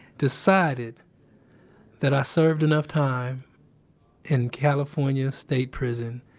decided that i served enough time in california state prison,